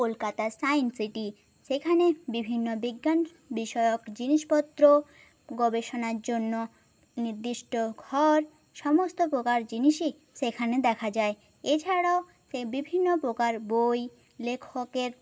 কলকাতার সায়েন্সসিটি সেখানে বিভিন্ন বিজ্ঞান বিষয়ক জিনিসপত্র গবেষণার জন্য নির্দিষ্ট ঘর সমস্ত প্রকার জিনিসই সেখানে দেখা যায় এছাড়াও বিভিন্ন প্রকার বই লেখকের